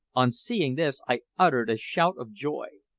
on seeing this i uttered a shout of joy.